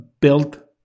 built